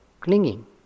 clinging